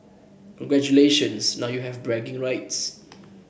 congratulations now you have bragging rights